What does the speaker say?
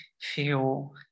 feel